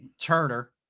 Turner